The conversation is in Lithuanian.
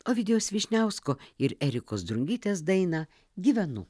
ovidijaus vyšniausko ir erikos drungytės dainą gyvenu